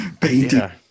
painting